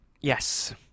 Yes